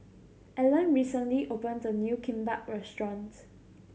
Ellen recently opened a new Kimbap Restaurant